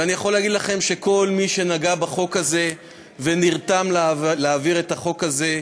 אני יכול להגיד לכם שכל מי שנגע בחוק הזה ונרתם להעביר את החוק הזה,